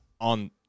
on